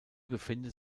befindet